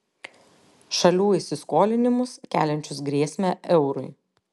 šalių įsiskolinimus keliančius grėsmę eurui